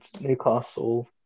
Newcastle